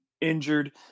injured